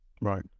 Right